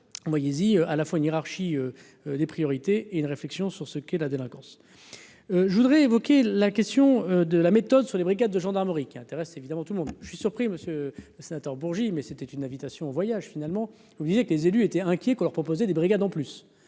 ici, à la fois une hiérarchie des priorités et une réflexion sur ce qu'est la délinquance, je voudrais évoquer la question de la méthode sur des brigades de gendarmerie qui intéresse évidemment tout le monde, je suis surpris, Monsieur le Sénateur, Bourgi, mais c'était une invitation au voyage, finalement, vous disiez que les élus étaient inquiets pour leur proposer des brigades en plus